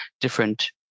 different